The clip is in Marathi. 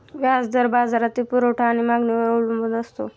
व्याज दर बाजारातील पुरवठा आणि मागणीवर अवलंबून असतो